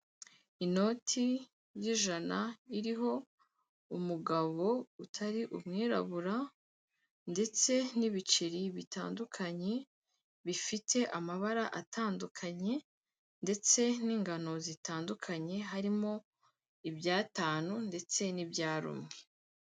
Inoti y'ijana iriho umugabo utari umwirabura ndetse n'ibiceri bitandukanye, bifite amabara atandukanye ndetse n'ingano zitandukanye, harimo iby'atanu ndetse n'ibya rumwe.